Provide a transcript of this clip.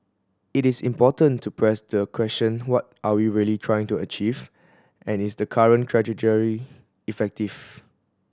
it is important to press the question what are we really trying to achieve and is the current trajectory effective